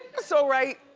so right,